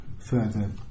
Further